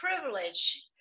privilege